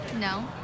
no